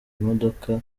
imodoka